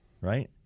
right